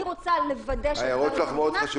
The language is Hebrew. אני רוצה לוודא שזה יהיה במסמך,